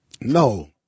no